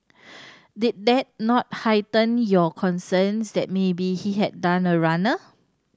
did that not heighten your concerns that maybe he had done a runner